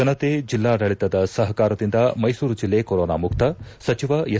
ಜನತೆ ಜಿಲ್ಲಾಡಳಿತದ ಸಹಕಾರದಿಂದ ಮೈಸೂರು ಜಿಲ್ಲೆ ಕೊರೋನಾ ಮುಕ್ತ ಸಚಿವ ಎಸ್